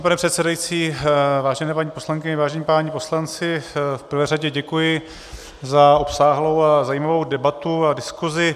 Vážený pane předsedající, vážené paní poslankyně, vážení páni poslanci, v prvé řadě děkuji za obsáhlou a zajímavou debatu a diskusi.